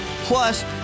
Plus